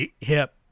hip